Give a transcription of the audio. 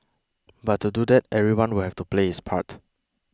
but to do that everyone will have to play his part